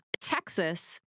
Texas